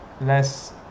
less